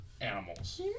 animals